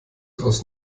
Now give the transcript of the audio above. aus